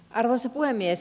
arvoisa puhemies